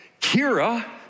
Kira